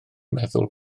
meddwl